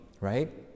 right